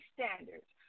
Standards